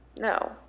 No